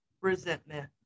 Resentment